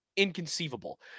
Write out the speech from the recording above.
inconceivable